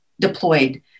deployed